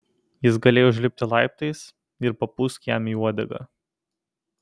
jis galėjo užlipti laiptais ir papūsk jam į uodegą